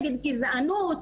נגד גזענות,